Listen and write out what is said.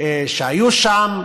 שהיו שם,